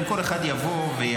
אם כל אחד יבוא ויצהיר,